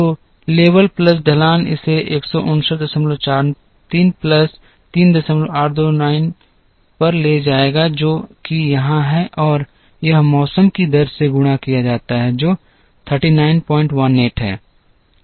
तो level plus ढलान इसे 15943 प्लस 3829 पर ले जाएगा जो कि यहां है और यह मौसम की दर से गुणा किया जाता है जो 3918 है